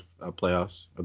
playoffs